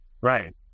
Right